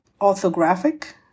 orthographic